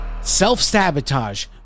self-sabotage